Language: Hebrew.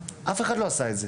אף אחד לא עשה את זה.